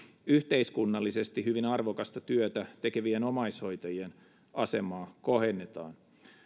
yhteiskunnallisesti hyvin arvokasta työtä tekevien omaishoitajien asemaa kohennetaan